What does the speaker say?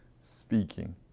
speaking